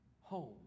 home